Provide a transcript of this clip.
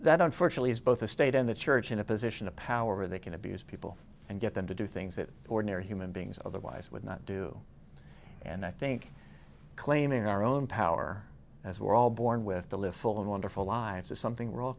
that unfortunately is both a state and the church in a position of power they can abuse people and get them to do things that ordinary human beings otherwise would not do and i think claiming our own power as we're all born with to live full of wonderful lives is something we're all